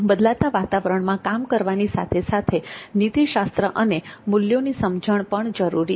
બદલાતા વાતાવરણમાં કામ કરવાની સાથે સાથે નીતિશાસ્ત્ર અને મૂલ્યોની સમજણ પણ જરૂરી છે